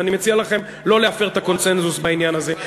ואני מציע לכם לא להפר את הקונסנזוס בעניין הזה.